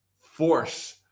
force